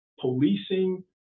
policing